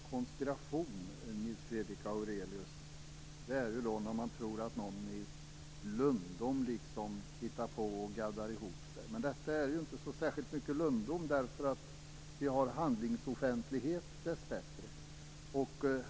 Herr talman! Konspiration är det fråga om, Nils Fredrik Aurelius, när man i lönndom gaddar ihop sig. Men detta är inte så särskilt mycket lönndom därför att vi dessbättre har handlingsoffentlighet.